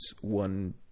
one